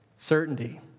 certainty